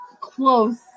close